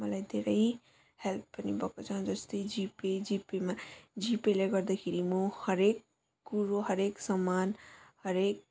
मलाई धेरै हेल्प पनि भएको छ जस्तै जिपे जिपेमा जिपेले गर्दाखेरि म हरेक कुरो हरेक समान हरेक